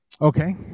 Okay